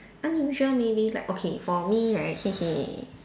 unusual meaning like okay for me right